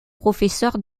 professeur